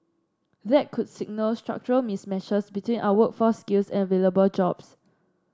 that could signal structural mismatches between our workforce skills and available jobs